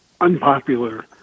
unpopular